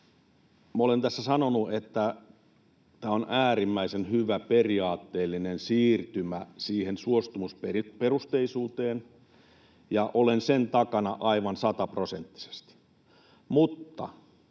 olen tässä sanonut, että tämä on äärimmäisen hyvä periaatteellinen siirtymä siihen suostumusperusteisuuteen, ja olen sen takana aivan sataprosenttisesti. Mutta